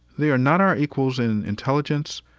they are not our equals in intelligence,